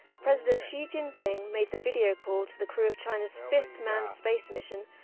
president xi jinping made the video call to the crew of china's fifth manned space mission,